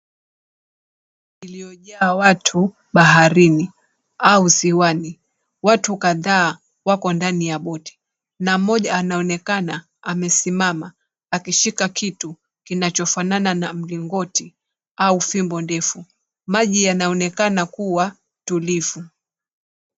Boti ilyojaa watu baharini au ziwani watu kadhaa wako ndani ya boti, na mmoja ameonekana akisimama ameshika kitu kinachofanana na mlingoti au fimbo ndefu. Maji yanaonekana kuwa tulivu.